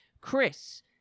Chris